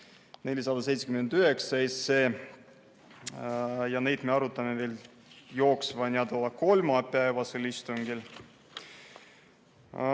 479 ja neid me arutame veel jooksva nädala kolmapäevasel istungil.